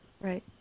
Right